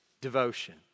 devotion